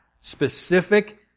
specific